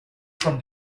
from